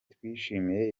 twishimiye